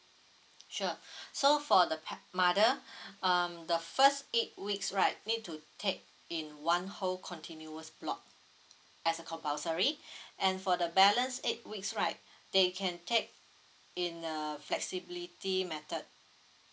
sure so for the pa~ mother um the first eight weeks right need to take in one whole continuous block as a compulsory and for the balance eight weeks right they can take in a flexibility method